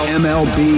mlb